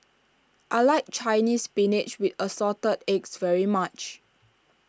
I like Chinese Spinach with Assorted Eggs very much